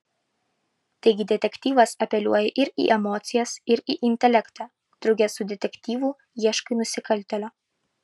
taigi detektyvas apeliuoja ir į emocijas ir į intelektą drauge su detektyvu ieškai nusikaltėlio